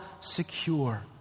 secure